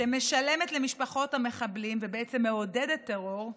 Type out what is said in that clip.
שמשלמת למשפחות המחבלים ובעצם מעודדת טרור,